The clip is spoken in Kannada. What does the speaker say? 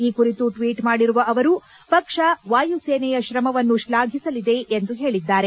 ಈ ಕುರಿತು ಟ್ವೀಟ್ ಮಾಡಿರುವ ಅವರು ಪಕ್ಷ ವಾಯುಸೇನೆಯ ಶ್ರಮವನ್ನು ಶ್ಲಾಘಿಸಲಿದೆ ಎಂದು ಹೇಳಿದ್ದಾರೆ